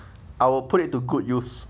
I'll put it to good use